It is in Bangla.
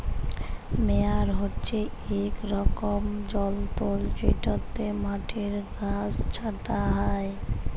মেয়ার হছে ইক রকমের যল্তর যেটতে মাটির ঘাঁস ছাঁটা হ্যয়